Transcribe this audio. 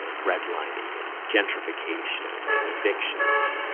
ah redlining and gentrification and evictions,